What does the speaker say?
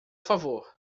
favor